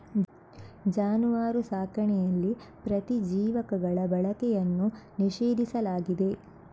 ಜಾನುವಾರು ಸಾಕಣೆಯಲ್ಲಿ ಪ್ರತಿಜೀವಕಗಳ ಬಳಕೆಯನ್ನು ನಿಷೇಧಿಸಲಾಗಿದೆ